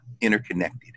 interconnected